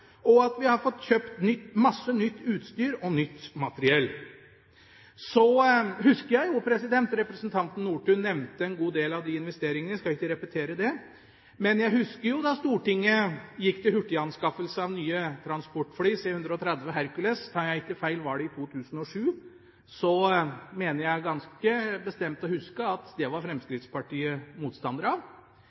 og at vi har fått kjøpt masse nytt utstyr og nytt materiell. Representanten Nordtun nevnte en god del av de investeringene, og jeg skal ikke repetere det. Men jeg husker jo da Stortinget gikk til hurtiganskaffelse av nye transportfly, C-130 Hercules. Tar jeg ikke feil, var det i 2007. Så mener jeg ganske bestemt å huske at det var Fremskrittspartiet motstander av. Jeg husker også da vi tidligere i år vedtok å gå til anskaffelse av